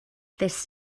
this